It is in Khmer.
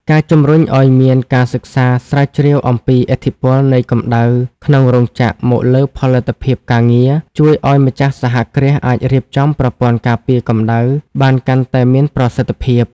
ការជំរុញឱ្យមានការសិក្សាស្រាវជ្រាវអំពីឥទ្ធិពលនៃកម្ដៅក្នុងរោងចក្រមកលើផលិតភាពការងារ ជួយឱ្យម្ចាស់សហគ្រាសអាចរៀបចំប្រព័ន្ធការពារកម្ដៅបានកាន់តែមានប្រសិទ្ធភាព។